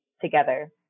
together